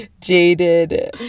jaded